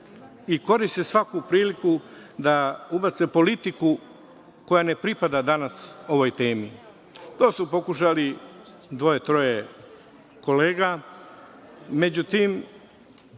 i koriste svaku priliku da ubace politiku koja ne pripada danas ovoj temi. To su pokušali dvoje-troje kolega.